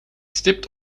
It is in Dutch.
stipt